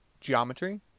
geometry